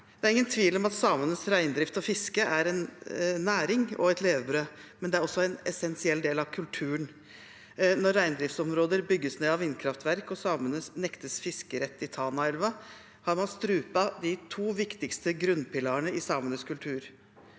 Det er ingen tvil om at samenes reindrift og fiske er en næring og et levebrød, men det er også en essensiell del av kulturen. Når reindriftsområder bygges ned av vindkraftverk og samene nektes fiskerett i Tanaelva, har man strupt de to viktigste grunnpilarene i samenes kultur.